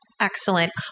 Excellent